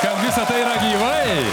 kad visa tai yra gyvai